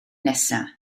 nesaf